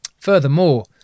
Furthermore